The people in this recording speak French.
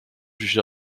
jugé